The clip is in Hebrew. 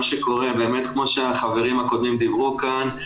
מה שקורה באמת, כמו שהחברים הקודמים דיברו כאן,